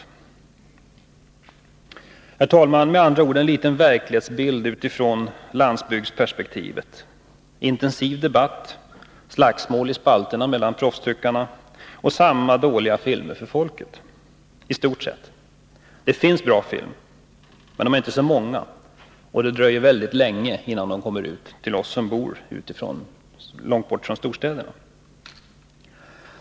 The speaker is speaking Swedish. Herr talman! Med andra ord kan en liten verklighetsbild från landsbygdsperspektivet se ut på följande sätt: Intensiv debatt, slagsmål i spalterna mellan proffstyckarna och i stort sett samma dåliga filmer som vanligt för folket. Det finns bra film, men de filmerna är inte många, och det dröjer mycket länge innan de når ut till oss som bor långt borta från storstäderna.